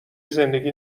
زندگی